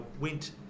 went